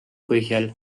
põhjal